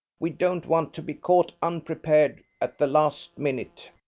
we don't want to be caught unprepared at the last minute.